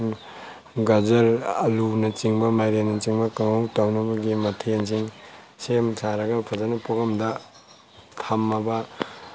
ꯒꯓꯔ ꯑꯂꯨꯅ ꯆꯤꯡꯕ ꯃꯥꯏꯔꯦꯟꯅꯆꯤꯡꯕ ꯀꯥꯡꯍꯧ ꯇꯧꯅꯕꯒꯤ ꯃꯊꯦꯜꯁꯤꯡ ꯁꯦꯝ ꯁꯥꯔꯒ ꯐꯖꯅ ꯄꯨꯈꯝꯗ ꯊꯝꯃꯕ